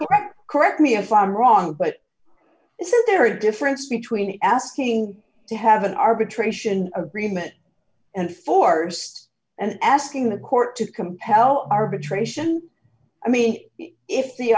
should correct me if i'm wrong but isn't there a difference between asking to have an arbitration agreement and force and asking a court to compel arbitration i mean if the